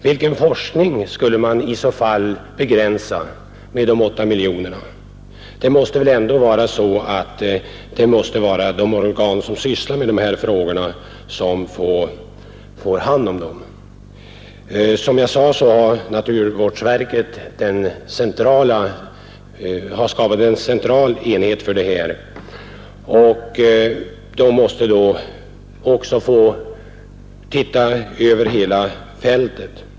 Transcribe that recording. Vilken forskning skulle få bli lidande genom ett sådant här anslag på 8 miljoner kronor? Det måste väl ändå vara de organ som ägnar sig åt dessa frågor som får ta hand om den bedömningen. Som jag sade har naturvårdsverket skapat en central enhet för detta ändamål, och denna måste då också få bedriva sin verksamhet över hela fältet.